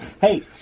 Hey